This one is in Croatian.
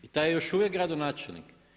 I taj je još uvijek gradonačelnik.